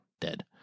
Dead